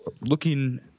looking